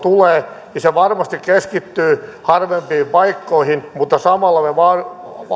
tulee niin se varmasti keskittyy harvempiin paikkoihin mutta